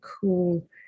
cool